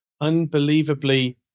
unbelievably